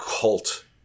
Cult